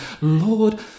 Lord